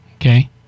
Okay